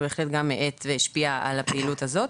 זה בהחלט גם האט והשפיע על הפעילות הזאת.